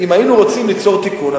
אם היינו רוצים ליצור תיקון,